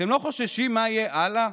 אתם לא חוששים מה יהיה הלאה?